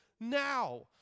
now